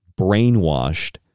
brainwashed